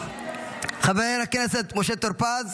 חבר הכנסת משה טור פז,